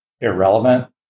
irrelevant